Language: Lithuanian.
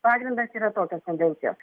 pagrindas yra tokios tendencijos